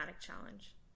challenge